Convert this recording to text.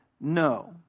no